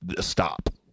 stop